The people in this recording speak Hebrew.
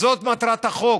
זאת מטרת החוק.